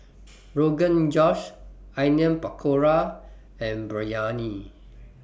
Rogan Josh Onion Pakora and Biryani